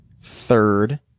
third